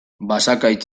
basakaitz